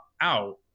out